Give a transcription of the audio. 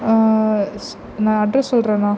நான் அட்ரஸ் சொல்கிறேன்ணா